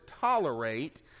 tolerate